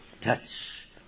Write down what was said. touch